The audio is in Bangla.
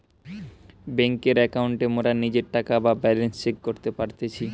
বেংকের একাউন্টে মোরা নিজের টাকা বা ব্যালান্স চেক করতে পারতেছি